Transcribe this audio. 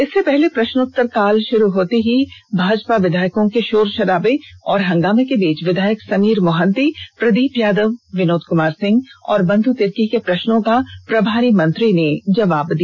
इससे पहले प्रष्नोत्तर काल ष्रू होते ही भाजपा विधायकों के षोर षराबे और हंगामें के बीच विधायक समीर मोहन्ती प्रदीप यादवविर्नोद कुमार सिंह और बंधु तिर्की के प्रष्नों का प्रभारी मंत्री ने जबाब दिया